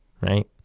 right